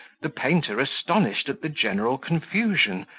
the painter astonished at the general confusion,